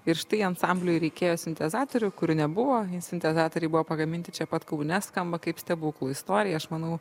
ir štai ansambliui reikėjo sintezatorių kurių nebuvo sintezatoriai buvo pagaminti čia pat kaune skamba kaip stebuklų istorija aš manau